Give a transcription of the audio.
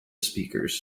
speakers